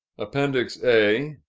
appendix a.